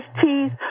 teeth